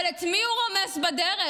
אבל את מי הוא רומס בדרך,